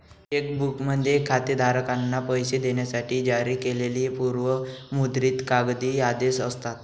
check बुकमध्ये खातेधारकांना पैसे देण्यासाठी जारी केलेली पूर्व मुद्रित कागदी आदेश असतात